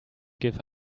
give